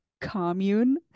commune